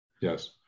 yes